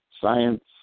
science